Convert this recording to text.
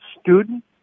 student